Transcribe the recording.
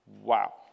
Wow